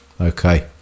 Okay